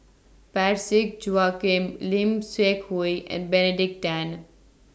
Parsick Joaquim Lim Seok Hui and Benedict Tan